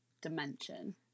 dimension